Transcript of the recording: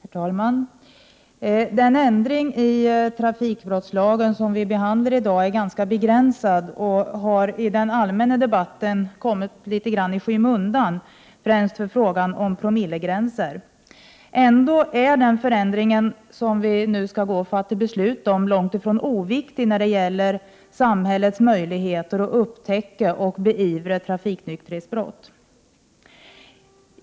Herr talman! Den ändring av trafikbrottslagen som vi behandlar i dag är ganska begränsad och har i den allmänna debatten kommit litet grand i skymundan, främst för frågan om promillegränsen. Ändå är den förändring som vi nu går att fatta beslut om långt ifrån oviktig när det gäller samhällets möjligheter att upptäcka och beivra trafiknykterhetsbrott.